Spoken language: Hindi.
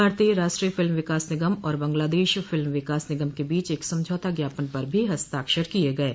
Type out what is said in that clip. भारतीय राष्ट्रीय फिल्म विकास निगम और बांग्लादेश फिल्म विकास निगम के बीच एक समझौता ज्ञापन पर भी हस्ताक्षर किये गये